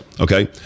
okay